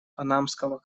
панамского